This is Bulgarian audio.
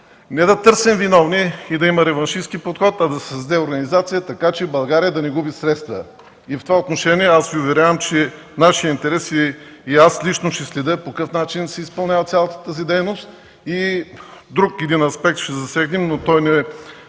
не да търсим виновни и да има реваншистки подход, а да се създаде организация, та България да не губи средства. В това отношение Ви уверявам, че нашият интерес и аз лично ще следя по какъв начин се изпълнява цялата тази дейност. Ще засегна един друг аспект, който не е